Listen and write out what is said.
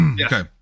Okay